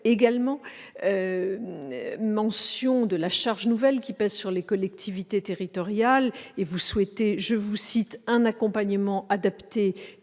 également mention de la charge nouvelle qui pèse sur les collectivités territoriales ; vous souhaitez- je vous cite -un « accompagnement adapté